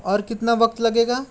और कितना वक्त लगेगा